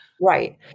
Right